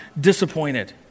disappointed